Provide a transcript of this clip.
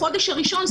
בחודש הראשון,